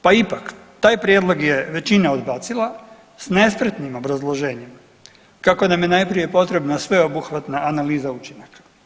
Pa ipak taj prijedlog je većina odbacila s nespretnim obrazloženjima kako nam je najprije potrebna sveobuhvatna analiza učinaka.